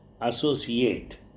associate